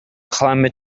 clamored